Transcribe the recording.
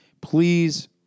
Please